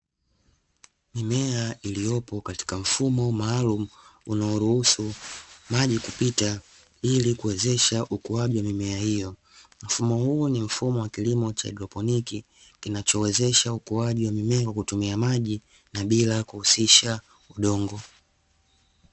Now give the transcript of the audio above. Mimea iliyopo katika mfumo maalumu unaoruhusu maji kupita ili kuwezesha ukuaji wa mimea hiyo. Mfumo huu ni mfumo wa kilimo cha kihaidroponiki, kinachowezesha ukuaji wa mimea kwa kutumia maji na bila kuhusisha udongo.